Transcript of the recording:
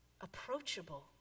approachable